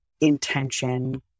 intention